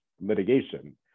litigation